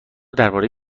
درباره